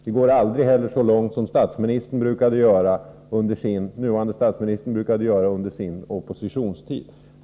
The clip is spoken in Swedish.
Vi går aldrig heller så långt som den nuvarande statsministern brukade göra under sin oppositionstid.